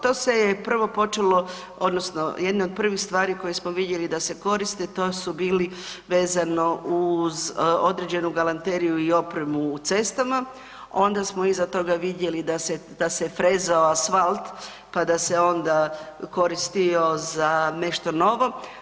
To se je prvo počelo odnosno jedna od prvih stvari koje smo vidjeli da se koriste, to su bili vezano uz određenu galanteriju i opremu u cestama, onda smo iza toga vidjeli da se, da se frezao asfalt, pa da se onda koristio za nešto novo.